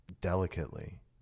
delicately